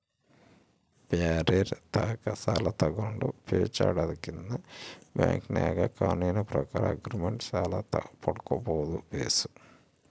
ಬ್ಯಾರೆರ್ ತಾಕ ಸಾಲ ತಗಂಡು ಪೇಚಾಡದಕಿನ್ನ ಬ್ಯಾಂಕಿನಾಗ ಕಾನೂನಿನ ಪ್ರಕಾರ ಆಗ್ರಿಮೆಂಟ್ ಸಾಲ ಪಡ್ಕಂಬದು ಬೇಸು